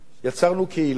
יצרנו קהילה,